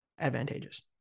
advantageous